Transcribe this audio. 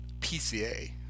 PCA